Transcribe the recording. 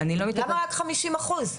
למה רק 50 אחוז?